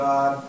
God